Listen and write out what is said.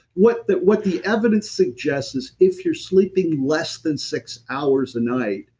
what the what the evidence suggests is if you're sleeping less than six hours a night,